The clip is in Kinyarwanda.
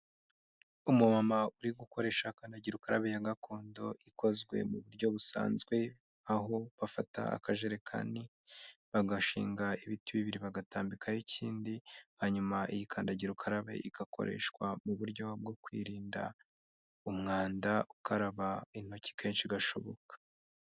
Umu mama uri gukoresha kandagira ukarabe ya gakondo ikozwe mu buryo busanzwe aho bafata akajerekani bagashinga ibiti bibiri bagatambikaho ikindi hanyuma iyikandagira ukarabe igakoreshwa mu buryo bwo kwirinda umwanda ukaraba intoki kenshi gashoboka.